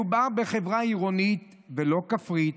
מדובר בחברה עירונית ולא כפרית,